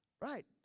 Right